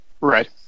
Right